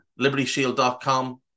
libertyshield.com